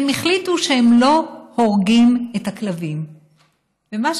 החליטו שלא הורגים את הכלבים,